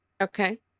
Okay